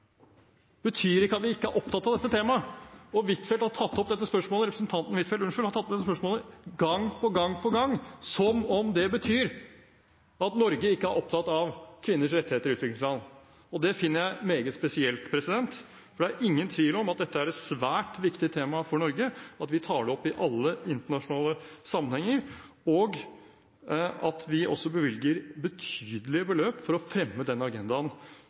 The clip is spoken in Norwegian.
betyr ikke at vi ikke er opptatt av dette temaet. Representanten Huitfeldt har tatt opp dette spørsmålet gang på gang på gang, som om det betyr at Norge ikke er opptatt av kvinners rettigheter i utviklingsland. Det finner jeg meget spesielt, for det er ingen tvil om at dette er et svært viktig tema for Norge, at vi tar det opp i alle internasjonale sammenhenger, og at vi også bevilger betydelige beløp for å fremme den agendaen,